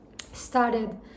started